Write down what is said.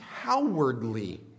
cowardly